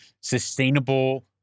sustainable